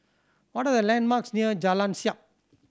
what are the landmarks near Jalan Siap